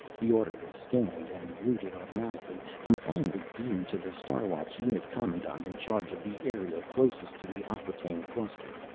the order was scanned and routed automatically and finally beamed to the star watch unit commandant in charge of the area closest to the acquataine cluster,